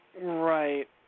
Right